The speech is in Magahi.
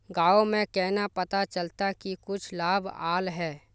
गाँव में केना पता चलता की कुछ लाभ आल है?